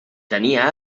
tenia